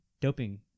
doping